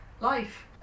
life